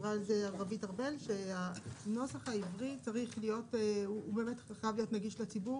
דיברה על זה רוית ארבל שהנוסח העברי חייב להיות נגיש לציבור,